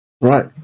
Right